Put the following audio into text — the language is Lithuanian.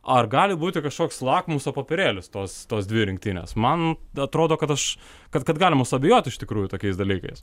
ar gali būti kažkoks lakmuso popierėlis tos tos dvi rinktinės man atrodo kad aš kad kad galima suabejot iš tikrųjų tokiais dalykais